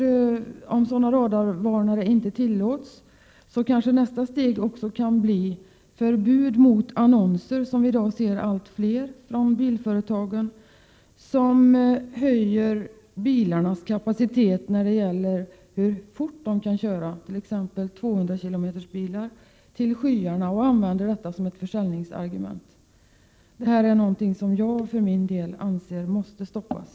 Om radarvarnare förbjuds, kan kanske nästa steg bli ett förbud mot annonser där man höjer till skyarna bilarnas kapacitet när det gäller hur fort de kan gå. Vi ser i dag allt fler sådana annonser från bilföretagen. Det kan t.ex. handla om bilar som klarar hastigheter upp till 200 km/tim, och man använder alltså bilens kapacitet som ett försäljningsargument. Jag anser att detta måste stoppas.